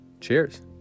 cheers